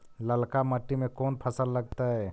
ललका मट्टी में कोन फ़सल लगतै?